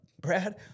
Brad